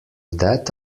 that